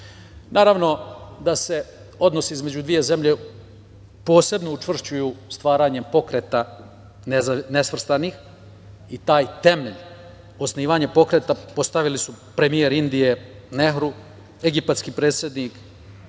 godine. Naravno da se odnosi između dve zemlje posebno učvršćuju stvaranjem Pokreta nesvrstanih i taj temelj osnivanja Pokreta postavili su premijer Indije Nehru, egipatski predsednik